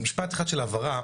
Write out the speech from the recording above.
משפט אחד של הבהרה,